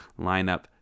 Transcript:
lineup